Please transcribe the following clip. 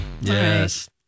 Yes